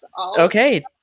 Okay